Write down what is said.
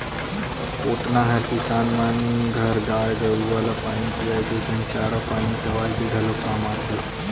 कोटना हर किसान मन घर गाय गरुवा ल पानी पियाए के संग चारा पानी खवाए के घलोक काम आथे